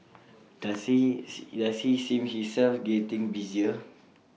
does he see himself getting busier